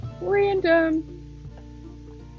Random